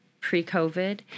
pre-COVID